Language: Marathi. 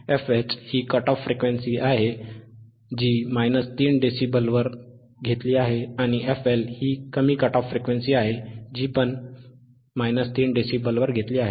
fH ही उच्च कट ऑफ फ्रिक्वेंसी आहे जी 3dB आहे आणि fL ही कमी कट ऑफ फ्रिक्वेंसी आहे जी 3dB आहे